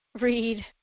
read